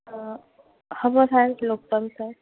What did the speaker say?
অঁ হ'ব ছাৰ লগ পাম ছাৰ